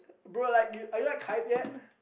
bro like you are you like hype yet